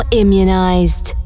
immunized